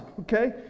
okay